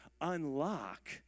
unlock